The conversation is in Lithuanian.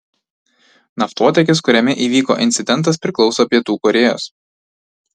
naftotiekis kuriame įvyko incidentas priklauso pietų korėjos